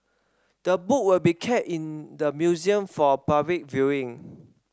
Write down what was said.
the book will be kept in the museum for public viewing